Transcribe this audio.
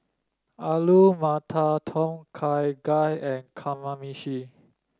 Alu Matar Tom Kha Gai and Kamameshi